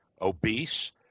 Obese